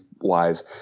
wise